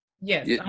Yes